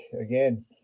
again